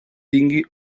tingui